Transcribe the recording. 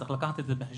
צריך לקחת את זה בחשבון.